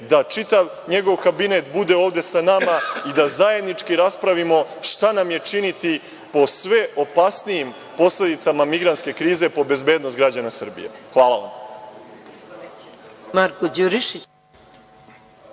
da čitav njegov kabinet bude ovde sa nama i da zajednički raspravimo šta nam je činiti po sve opasnijim posledicama migrantske krize po bezbednost građana Srbije. Hvala vam.